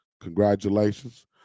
Congratulations